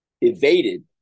evaded